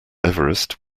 everest